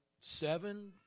seven